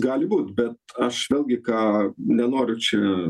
gali būt bet aš vėlgi ką nenoriu čia